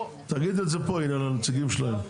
תגיד את זה פה, הנה הנציגים שלהם.